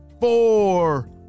four